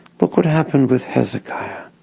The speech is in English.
look what happened with hezekiah,